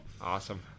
awesome